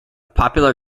popular